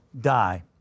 die